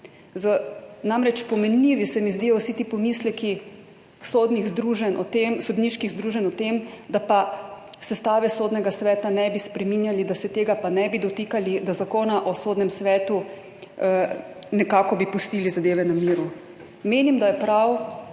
Namreč, pomenljivi se mi zdijo vsi ti pomisleki sodniških združenj o tem, da pa sestave Sodnega sveta ne bi spreminjali, da se tega ne bi dotikali, Zakona o Sodnem svetu, nekako bi pustili zadeve na miru. Menim, da je prav,